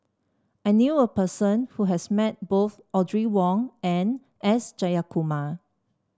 I knew a person who has met both Audrey Wong and S Jayakumar